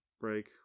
break